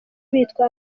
bitwa